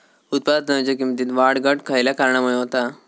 उत्पादनाच्या किमतीत वाढ घट खयल्या कारणामुळे होता?